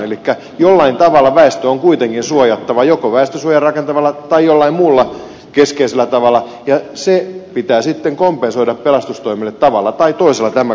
elikkä jollain tavalla väestö on kuitenkin suojattava joko väestönsuoja rakentamalla tai jollain muulla keskeisellä tavalla ja pitää sitten kompensoida pelastustoimelle tavalla tai toisella tämä kokonaisuus